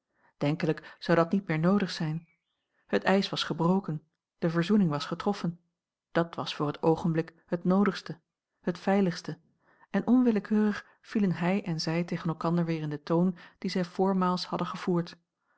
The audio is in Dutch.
denkelijk zou dat niet meer noodig zijn het ijs was gebroken de verzoening was getroffen dat was voor het oogenblik het noodigste het veiligste en onwillekeurig vielen hij en zij tegen elkander weer in den toon dien zij voormaals hadden gevoerd